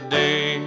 day